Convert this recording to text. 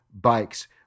bikes